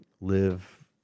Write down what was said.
live